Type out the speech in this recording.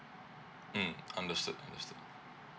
mm understood understood